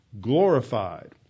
glorified